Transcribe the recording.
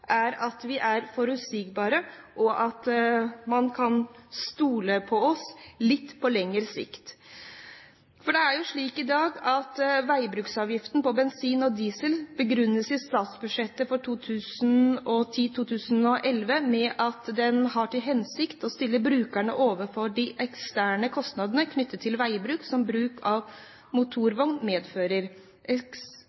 er at vi er forutsigbare, og at man kan stole på oss på litt lengre sikt. Det er jo slik i dag at veibruksavgiften på bensin og diesel i statsbudsjettet for 2011 begrunnes med at den «har til hensikt å stille brukeren overfor de eksterne kostnadene knyttet til veibruk som bruk av